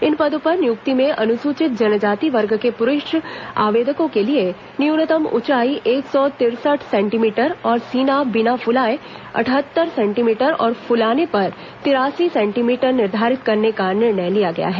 इन पदों पर नियुक्ति में अनुसूचित जनजाति वर्ग के पुरूष आवेदकों के लिए न्यूनतम उंचाई एक सौ तिरसठ सेंटीमीटर और सीना बिना फुलाए अटहत्तर सेंटीमीटर और फुलाने पर तिरासी सेंटीमीटर निर्धारित करने का निर्णय लिया गया है